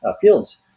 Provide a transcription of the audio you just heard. fields